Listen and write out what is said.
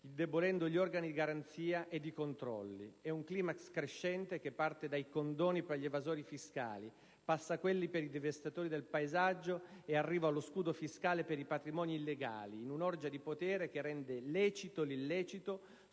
indebolendo gli organi di garanzia e i controlli. È un *climax* crescente, che parte dai condoni per gli evasori fiscali, passa a quelli per i devastatori del paesaggio ed arriva allo scudo fiscale per i patrimoni illegali, in un'orgia di potere che rende lecito l'illecito